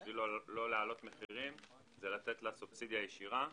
להעלות מחירים זה לתת לו סובסידיה ישירה.